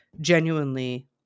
genuinely